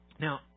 Now